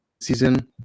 season